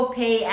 pay